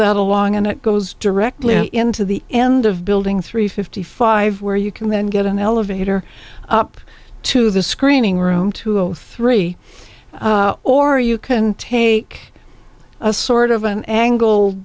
that along and it goes directly into the end of building three fifty five where you can then get an elevator up to the screening room to go three or you can take a sort of an angle